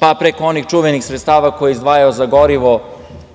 pa preko onih čuvenih sredstava koje je izdvajao za gorivo